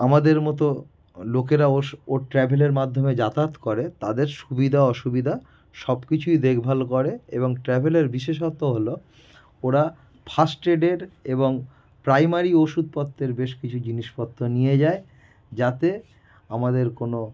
আমাদের মতো লোকেরা ওস ওর ট্র্যাভেলের মাধ্যমে যাতায়াত করে তাদের সুবিধা অসুবিধা সব কিছুই দেখভাল করে এবং ট্র্যাভেলের বিশেষত হলো ওরা ফার্স্ট এডের এবং প্রাইমারী ওষুধপত্রের বেশ কিছু জিনিসপত্র নিয়ে যায় যাতে আমাদের কোনো